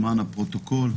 למען הפרוטוקול,